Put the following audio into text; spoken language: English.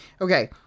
okay